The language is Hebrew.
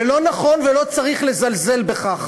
ולא נכון ולא צריך לזלזל בכך,